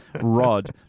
rod